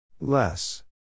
Less